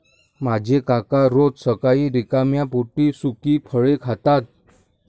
माझे काका रोज सकाळी रिकाम्या पोटी सुकी फळे खातात